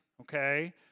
okay